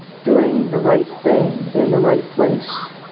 doing the right thing in the right place